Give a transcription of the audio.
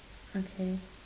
okay